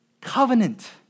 Covenant